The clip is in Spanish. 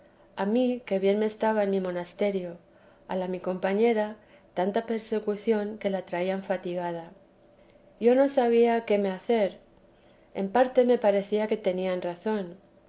a mí que bien me estaba en mi monasterio a la mi compañera tanta persecución que la traían fatigada yo no sabía qué me hacer en parte me parecía que tenían razón